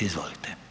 Izvolite.